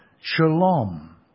Shalom